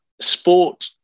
sport